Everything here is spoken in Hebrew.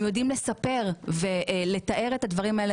הם יודעים לספר ולתאר את הדברים האלה,